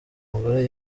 mugore